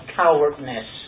cowardness